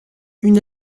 une